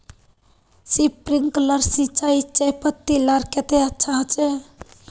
Sprinkler सिंचाई चयपत्ति लार केते अच्छा होचए?